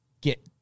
get